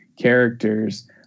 characters